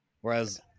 whereas